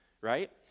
right